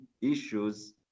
issues